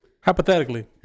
Hypothetically